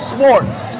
Sports